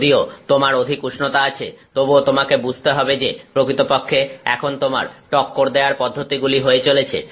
যদিও তোমার অধিক উষ্ণতা আছে তবুও তোমাকে বুঝতে হবে যে প্রকৃতপক্ষে এখন তোমার টক্কর দেয়ার পদ্ধতিগুলি হয়ে চলেছে